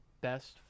best